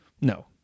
No